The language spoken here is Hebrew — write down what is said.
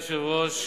אדוני היושב-ראש,